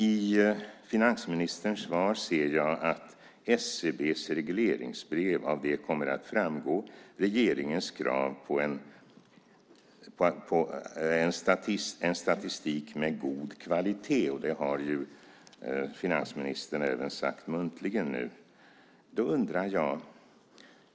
I finansministerns svar ser jag att regeringens krav på en statistik med god kvalitet kommer att framgå av SCB:s regleringsbrev. Det har finansministern även sagt muntligen nu.